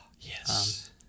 Yes